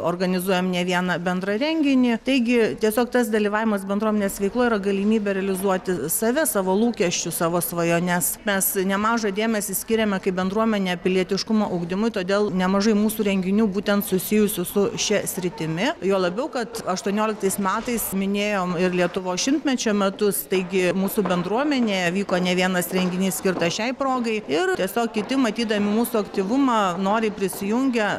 organizuojam ne vieną bendrą renginį taigi tiesiog tas dalyvavimas bendruomenės veikloj yra galimybė realizuoti save savo lūkesčius savo svajones mes nemažą dėmesį skiriame kaip bendruomenė pilietiškumo ugdymui todėl nemažai mūsų renginių būtent susijusių su šia sritimi juo labiau kad aštuonioliktais metais minėjom ir lietuvos šimtmečio metus taigi mūsų bendruomenėje vyko ne vienas renginys skirtas šiai progai ir tiesiog kiti matydami mūsų aktyvumą noriai prisijungia